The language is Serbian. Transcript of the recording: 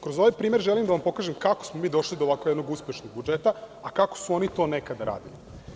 Kroz ovaj primer želim da vam pokažem kako smo mi došli do ovakvog jednog uspešnog budžeta, a kako su oni to nekada radili.